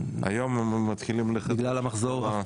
היום הם מתחילים לחזור.